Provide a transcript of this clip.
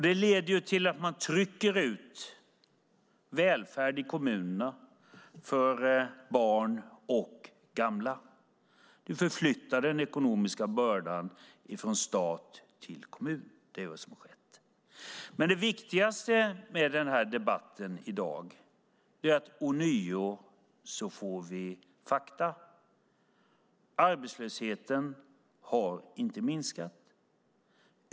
Det leder till att man trycker ut välfärd i kommunerna för barn och gamla. Du förflyttar den ekonomiska bördan från stat till kommun. Det är vad som skett. Men det viktigaste med den här debatten i dag är att vi ånyo får fakta. Arbetslösheten har inte minskat.